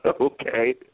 Okay